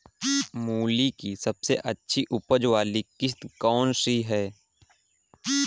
मूली की सबसे अच्छी उपज वाली किश्त कौन सी है?